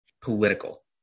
political